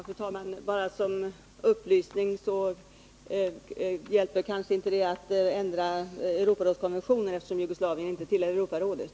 Fru talman! Jag vill bara säga som en upplysning, att det kanske inte hjälper att ändra Europarådskonventionen, eftersom Jugoslavien inte tillhör Europarådet.